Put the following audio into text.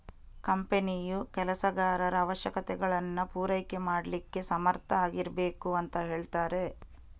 ಕಂಪನಿಯು ಕೆಲಸಗಾರರ ಅವಶ್ಯಕತೆಗಳನ್ನ ಪೂರೈಕೆ ಮಾಡ್ಲಿಕ್ಕೆ ಸಮರ್ಥ ಆಗಿರ್ಬೇಕು ಅಂತ ಹೇಳ್ತಾರೆ